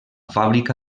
fàbrica